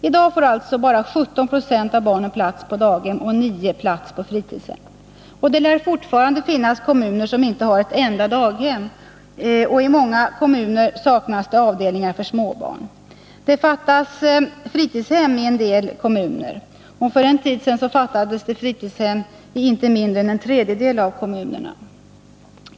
I dag får alltså bara 17 96 av barnen plats på daghem och 9 96 plats på fritidshem. Det lär fortfarande finnas kommuner som inte har ett enda daghem, och i många kommuner saknas det avdelningar för småbarn. Det fattas fritidshem i en del kommuner, och för en tid sedan fattades det fritidshem i inte mindre än en tredjedel av kommunerna.